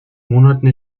monaten